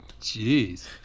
jeez